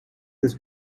this